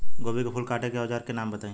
गोभी के फूल काटे के औज़ार के नाम बताई?